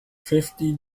fifty